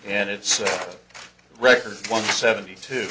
and it's record one seventy two